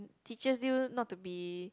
teaches you not to be